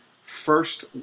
first